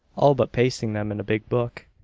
all but pasting them in a big book.